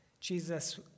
Jesus